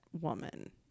woman